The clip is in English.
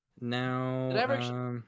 Now